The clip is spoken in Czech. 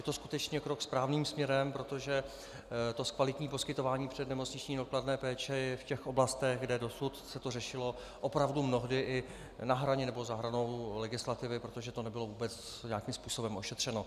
Je to skutečně krok správným směrem, protože to zkvalitní poskytování přednemocniční neodkladné péče i v oblastech, kde dosud se to řešilo opravdu mnohdy i na hraně nebo za hranou legislativy, protože to nebylo vůbec žádným způsobem ošetřeno.